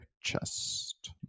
chest